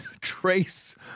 trace